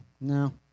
no